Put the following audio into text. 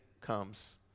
comes